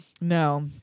No